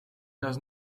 does